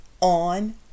on